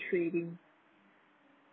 trading